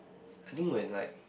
I think when like